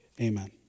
Amen